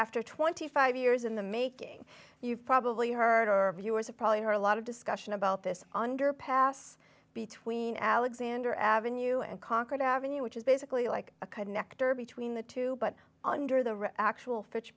after twenty five years in the making you've probably heard our viewers have probably heard a lot of discussion about this underpass between alexander avenue and concord avenue which is basically like a kind nektar between the two but under the actual fitch